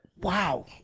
wow